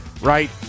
Right